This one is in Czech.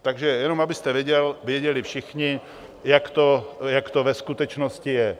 Takže jenom abyste věděl, věděli všichni, jak to ve skutečnosti je.